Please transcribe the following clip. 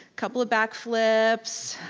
couple of back flips.